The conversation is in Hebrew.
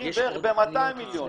נתמכים בערך ב-200 מיליון שקלים.